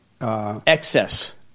excess